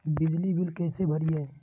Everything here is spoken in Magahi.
बिजली बिल कैसे भरिए?